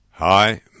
Hi